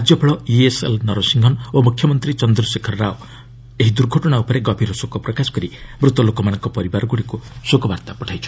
ରାଜ୍ୟପାଳ ଇଏସ୍ଏଲ୍ ନରସିଂହନ ଓ ମୁଖ୍ୟମନ୍ତ୍ରୀ ଚନ୍ଦ୍ରଶେଖର ରାଓ ଏହି ଦୁର୍ଘଟଣା ଉପରେ ଗଭୀର ଶୋକ ପ୍ରକାଶ କରି ମୃତ ଲୋକମାନଙ୍କ ପରିବାରଗୁଡ଼ିକୁ ଶୋକବାର୍ତ୍ତା ପଠାଇଛନ୍ତି